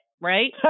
right